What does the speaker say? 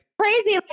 Crazy